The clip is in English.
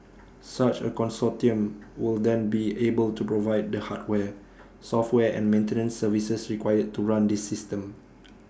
such A consortium will then be able to provide the hardware software and maintenance services required to run this system